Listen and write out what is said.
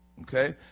Okay